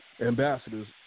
ambassadors